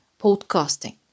podcasting